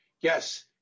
Yes